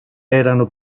erano